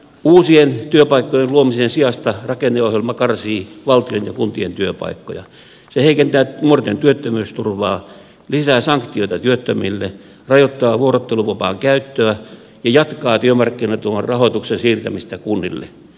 uusien työpaikkojen luomisen sijasta rakenneohjelma karsii valtion ja kuntien työpaikkoja se heikentää nuorten työttömyysturvaa lisää sanktioita työttömille rajoittaa vuorotteluvapaan käyttöä ja jatkaa työmarkkinatuen rahoituksen siirtämistä kunnille